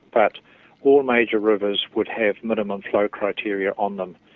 but all major rivers would have minimum flow criteria on them,